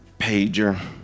pager